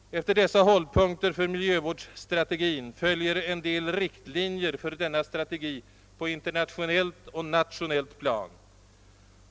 Efter dessa hållpunkter för miljövårdsstrategin följer en del riktlinjer för denna strategi på internationellt och nationellt plan.